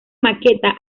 maqueta